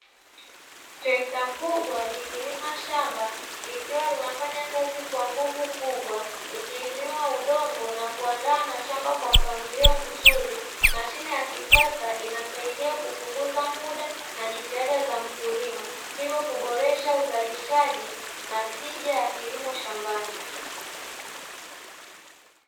Trekta kubwa likilima shamba, likiwa kinafanya kazi kwa nguvu kubwa ikiinua udongo na kuandaa mashamba Kwa mpangilio mzuri. Mashine ya kisasa inasaidia kupunguza muda na jitihada za mkulima, hivyo kuboresha uzalishaji na tija ya kilimo shambani.